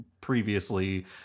previously